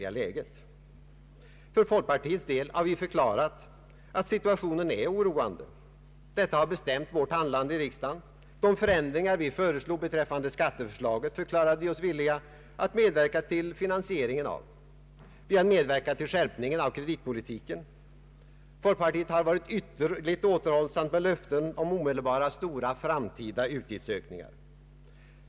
För folkpartiets del har vi klart konstaterat att situationen är oroande. Detta har bestämt vårt handlande i riksdagen. De förändringar vi föreslog beträffande skatteförslaget förklarade vi oss villiga att medverka till finansieringen av. Vi har medverkat till skärpningen av kreditpolitiken. Folkpartiet har varit ytterligt återhållsamt med löften om omedelbara stora framtida utgiftsökningar.